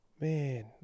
man